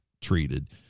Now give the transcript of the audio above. treated